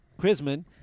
Chrisman